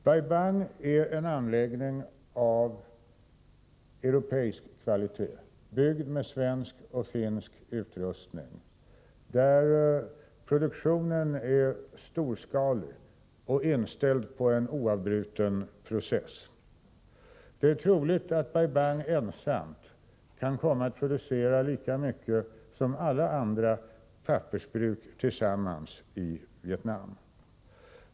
Bai Bang är en anläggning av europeisk kvalitet, byggd med svensk och finsk utrustning, där produktionen är storskalig och inställd på en oavbruten process. Det är troligt att Bai Bang ensamt kan komma att producera lika mycket som alla andra pappersbruk tillsammans i Vietnam.